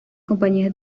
compañías